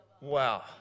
Wow